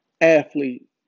athlete